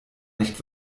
nicht